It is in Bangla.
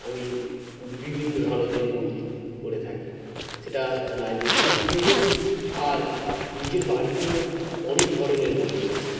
আমি বিভিন্ন ধরনের বই পড়ে থাকি সেটা লাইব্রেরিতে গিয়ে বলি আর নিজের বাড়িতেও অনেক ধরনের বই রয়েছে